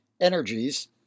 energies